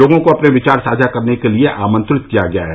लोगों को अपने विचार साझा करने के लिए आंमत्रित किया गया है